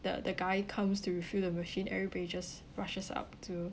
the the guy comes to refill the machine everybody just rushes up to